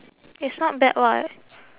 it's not bad [what]